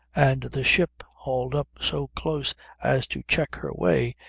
and the ship, hauled up so close as to check her way,